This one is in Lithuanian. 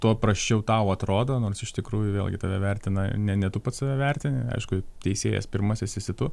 tuo prasčiau tau atrodo nors iš tikrųjų vėlgi tave vertina ne ne tu pats save vertini aišku teisėjas pirmasis esi tu